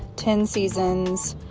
ten seasons,